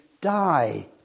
die